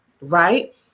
right